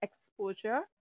exposure